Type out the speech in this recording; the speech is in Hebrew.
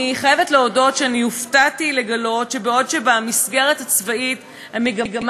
אני חייבת להודות שהופתעתי לגלות שבעוד במסגרת הצבאית המגמה